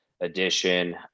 edition